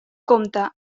compta